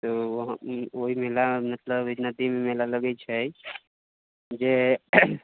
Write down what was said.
ओहि मेलामे मतलब ओहि एक नदीमे मेला लगैत छै जे